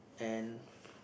and